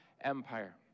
empire